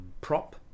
prop